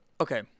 Okay